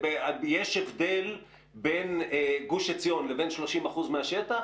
יש הבדל בין גוש עציון לבין 30% מהשטח?